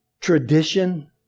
tradition